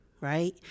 right